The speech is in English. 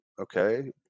okay